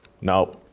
No